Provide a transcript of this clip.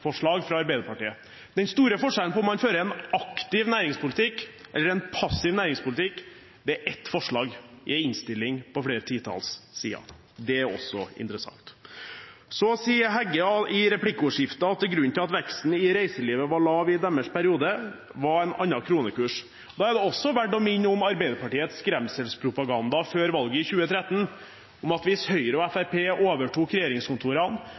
fra Arbeiderpartiet. Den store forskjellen på om man fører en aktiv eller en passiv næringspolitikk, er ett forslag i en innstilling på flere titalls sider. Det er også interessant. Så sier Heggø i replikkordskiftet at grunnen til at veksten i reiselivet var lav i deres periode, var annen kronekurs. Da er det verdt å minne om Arbeiderpartiets skremselspropaganda før valget i 2013 om at hvis Høyre og Fremskrittspartiet overtok regjeringskontorene,